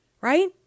right